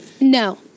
No